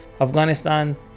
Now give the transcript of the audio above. Afghanistan